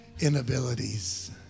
Inabilities